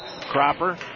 Cropper